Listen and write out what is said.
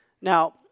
Now